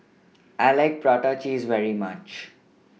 I like Prata Cheese very much